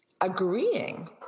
agreeing